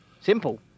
Simple